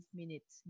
minutes